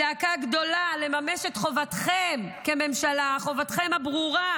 זעקה גדולה לממש את חובתכם כממשלה, חובתכם הברורה